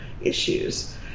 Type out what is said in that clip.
issues